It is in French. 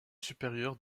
supérieur